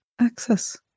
access